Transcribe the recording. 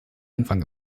anfang